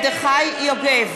אני עברתי כבר לבא.